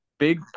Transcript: Big